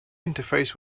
interface